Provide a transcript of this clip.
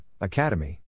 academy